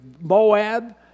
Moab